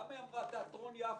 למה היא אמרה תיאטרון יפו?